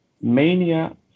Mania